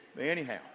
Anyhow